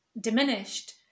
diminished